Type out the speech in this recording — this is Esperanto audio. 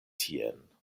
tien